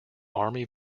army